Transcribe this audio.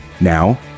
Now